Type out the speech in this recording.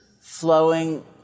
flowing